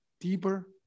deeper